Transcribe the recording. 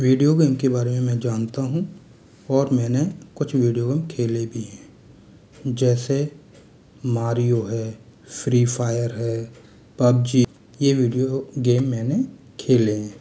video game के बारे में मैं जानता हूँ और मैंने कुछ विडियो गेम खेले भी हैं जैसे मारियो है फ्री फायर है पबजी यह विडियो गेम मैंने खेले हैं